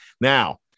Now